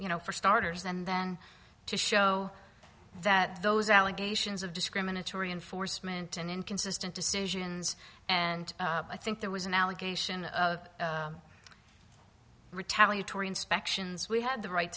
you know for starters and then to show that those allegations of discriminatory enforcement and inconsistent decisions and i think there was an allegation of retaliatory inspections we had the right